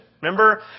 Remember